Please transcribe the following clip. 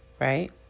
Right